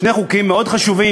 שני חוקים מאוד חשובים,